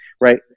Right